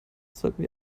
sollten